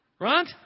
Right